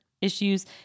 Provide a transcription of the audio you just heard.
issues